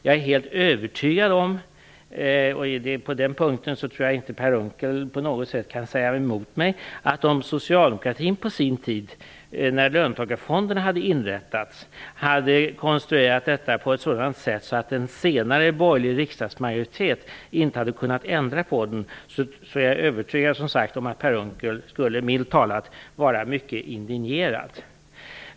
Jag är helt övertygad om - och på den punkten tror jag inte att Per Unckel på något sätt kan säga emot mig - att om Socialdemokraterna på sin tid när löntagarfonderna hade inrättats hade konstruerat dem på ett sådant sätt att en senare borgerlig riksdagsmajoritet inte hade kunnat ändra på dem, skulle Per Unckel milt talat vara mycket indignerad.